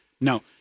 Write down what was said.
no